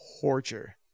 torture